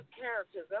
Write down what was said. characters